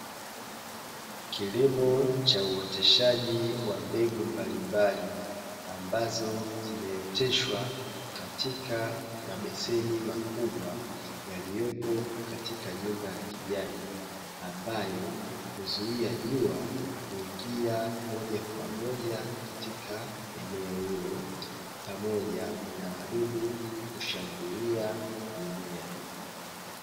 Kilimo cha uoteshaji wa mbegu mbalimbali ambazo zimeoteshwa katika mabeseni makubwa, yaliyopo katika nyumba ya kijani ambayo huzuia jua kuingia moja kwa moja katika eneo hilo pamoja na wadudu kushambulia mimea.